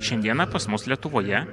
šiandieną pas mus lietuvoje